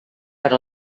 per